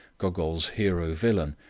gogol's hero-villain,